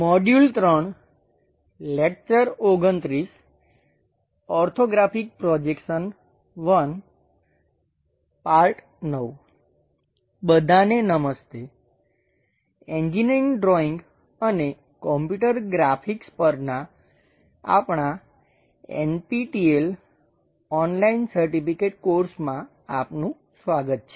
બધાને નમસ્તે engineering drawing અને computer graphics engineering Drawing Computer Graphics પરના આપણાં NPTEL ઓનલાઈન સર્ટિફિકેટ કોર્સમાં આપનું સ્વાગત છે